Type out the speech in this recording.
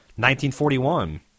1941